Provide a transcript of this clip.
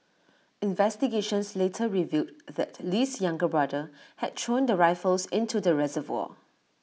investigations later revealed that Lee's younger brother had thrown the rifles into the reservoir